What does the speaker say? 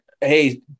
hey